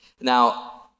Now